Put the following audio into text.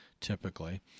typically